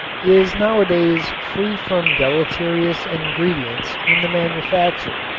is nowadays free from deleterious ingredients in the manufacture,